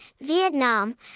Vietnam